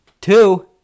Two